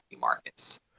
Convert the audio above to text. markets